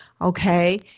okay